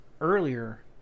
earlier